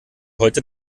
heute